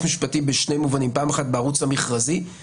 משפטי בשני מובנים: פעם אחת בערוץ המכרזי,